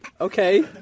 Okay